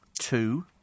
two